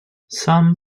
some